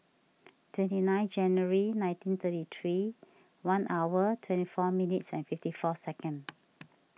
twenty nine January nineteen thirty three one hour twenty four minutes and fifty four second